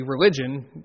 religion